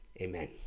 Amen